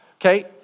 Okay